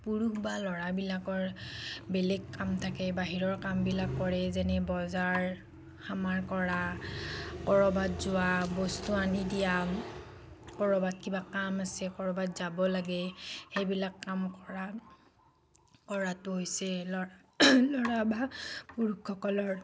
পুৰুষ বা ল'ৰাবিলাকৰ বেলেগ কাম বাহিৰৰ কামবিলাক কৰে যেনে বজাৰ সমাৰ কৰা ক'ৰবাত যোৱা বস্তু আনি দিয়া ক'ৰবাত কিবা কাম আছে ক'ৰবাত যাব লাগে সেইবিলাক কাম কৰা কৰাটো হৈছে ল'ৰা ল'ৰা বা পুৰুষসকলৰ